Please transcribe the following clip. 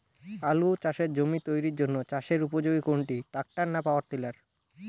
আলু চাষের জমি তৈরির জন্য চাষের উপযোগী কোনটি ট্রাক্টর না পাওয়ার টিলার?